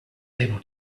able